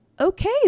okay